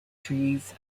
trees